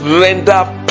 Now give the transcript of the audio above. render